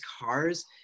cars